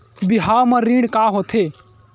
बिहाव म ऋण का होथे?